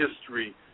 history